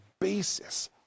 basis